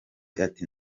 ati